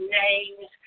names